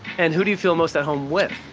and who do you feel most at home with?